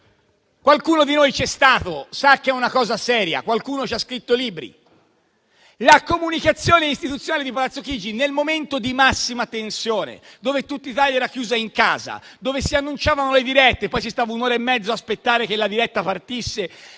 Qualcuno di noi c'è stato, sa che è una cosa seria. Qualcuno ci ha scritto libri. Ma vi sembra normale che la comunicazione istituzionale di Palazzo Chigi, nel momento di massima tensione, quando tutta Italia era chiusa in casa, quando si annunciavano le dirette e poi si stava un'ora e mezzo ad aspettare che la diretta partisse,